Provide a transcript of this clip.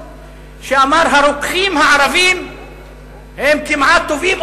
הרוקחים הערבים הם כמעט טובים,